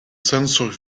sensor